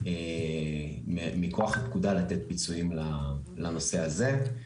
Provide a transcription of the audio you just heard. מכוח הפקודה לתת פיצויים לנושא הזה.